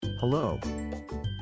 Hello